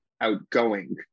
outgoing